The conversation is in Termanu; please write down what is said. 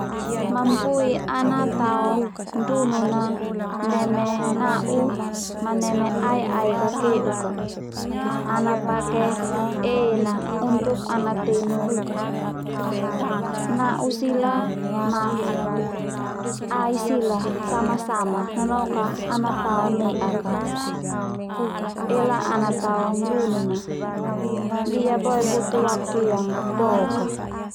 Mampui ana tao ndunun a neme na'u ma neme ai-ai kakeuk a, ana pake en a untuk ana tenu nau sila ma ai sila sama-sama nanok a ana tao ne'ak a ela ana tao ndunun a ndia boe butuh waktu yang dok a.